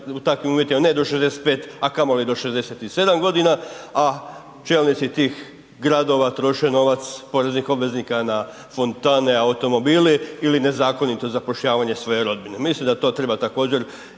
u takvim uvjetima, a ne do 65, a kamo li do 67.g, a čelnici tih gradova troše novac poreznih obveznika na fontane, automobile ili nezakonito zapošljavanje svoje rodbine, mislim da to treba također